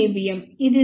1 watt power కి సమానం